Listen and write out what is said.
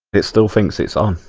is still thinks he's on,